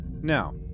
Now